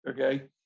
okay